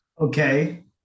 Okay